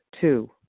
Two